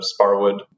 Sparwood